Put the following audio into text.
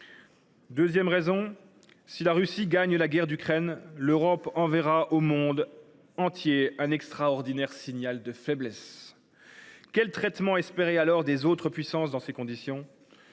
Deuxièmement, si la Russie gagne la guerre en Ukraine, l’Europe enverra au monde entier un extraordinaire signal de faiblesse. Quel traitement espérer des autres puissances dans ces conditions ?